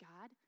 God